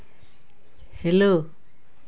hello